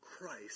Christ